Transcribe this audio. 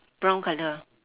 brown colour